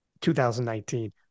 2019